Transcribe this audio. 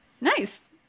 Nice